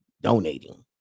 Donating